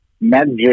magic